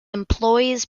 employees